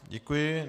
Děkuji.